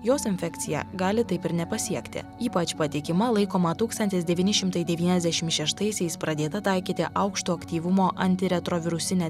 jos infekcija gali taip ir nepasiekti ypač patikima laikoma tūkstantis devyni šimtai devyniasdešim šeštaisiais pradėta taikyti aukšto aktyvumo antiretrovirusinė